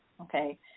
okay